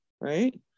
right